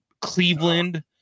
Cleveland